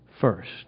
First